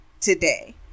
today